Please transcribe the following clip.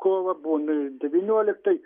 kovo būna devynioliktai